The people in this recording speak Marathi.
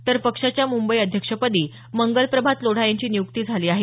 तर पक्षाच्या मुंबई अध्यक्षपदी मंगल प्रभात लोढा यांची नियुक्ती झाली आहे